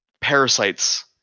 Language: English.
parasites